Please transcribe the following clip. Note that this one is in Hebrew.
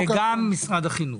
וגם משרד החינוך.